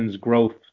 growth